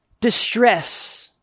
distress